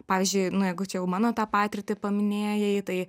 pavyzdžiui nu jeigu čia jau mano tą patirtį paminėjai tai